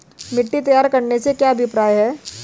मिट्टी तैयार करने से क्या अभिप्राय है?